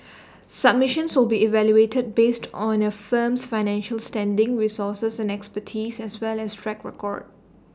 submissions will be evaluated based on A firm's financial standing resources and expertise as well as track record